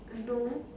no